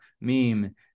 meme